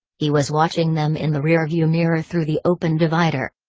he was watching them in the rearview mirror through the open divider.